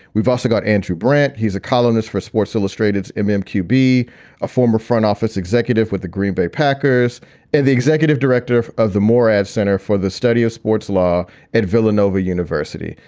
we've also got andrew brandt. he's a columnist for sports illustrated's emem qb, a former front office executive with the green bay packers and the executive director of the more ad center for the study of sports law at villanova university.